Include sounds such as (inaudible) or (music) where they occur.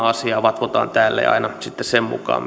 (unintelligible) asiaa vatvotaan täällä ja aina sitten sen mukaan (unintelligible)